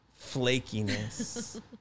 Flakiness